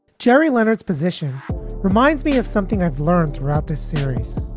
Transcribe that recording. jerry leonard's position reminds me of something i've learned throughout this series,